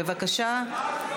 בבקשה,